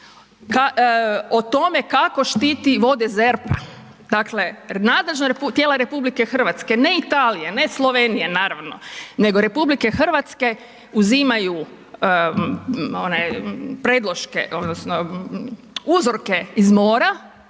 o tome kako štiti vode ZERP-a. Dakle, nadležna tijela Republike Hrvatske, ne Italije, ne Slovenije naravno, nego Republike Hrvatske uzimaju predloške